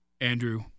Andrew